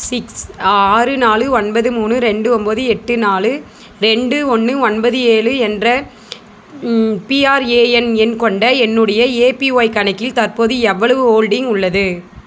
six ஆறு நாலு ஒன்பது மூணு ரெண்டு ஒம்பது எட்டு நாலு ரெண்டு ஒன்று ஒன்பது ஏழு என்ற பிஆர்ஏஎன் எண் கொண்ட என்னுடைய ஏபிஒய் கணக்கில் தற்போது எவ்வளவு ஹோல்டிங் உள்ளது